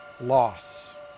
loss